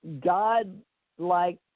God-like